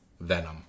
Venom